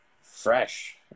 fresh